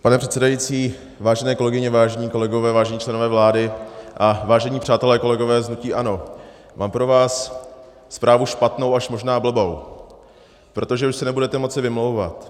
Pane předsedající, vážené kolegyně, vážení kolegové, vážení členové vlády a vážení přátelé kolegové z hnutí ANO, mám pro vás zprávu špatnou až možná blbou, protože už se nebudete moci vymlouvat.